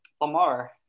Lamar